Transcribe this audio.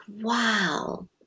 wow